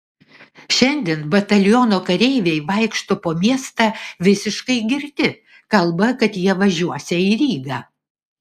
šiandien bataliono kareiviai vaikšto po miestą visiškai girti kalba kad jie važiuosią į rygą